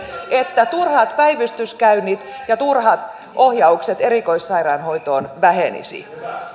että turhat päivystyskäynnit ja turhat ohjaukset erikoissairaanhoitoon vähenisivät